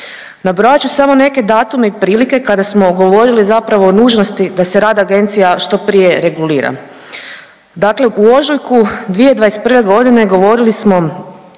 Nabrojat ću samo neke datume i prilike kada smo govorili zapravo o nužnosti da se rad agencija što prije regulira. Dakle u ožujku 2021.g. govorili smo